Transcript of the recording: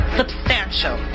substantial